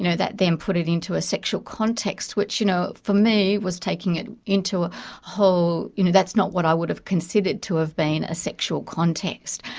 you know that then put it into a sexual context, which you know for me was taking it into a you know that's not what i would have considered to have been a sexual context.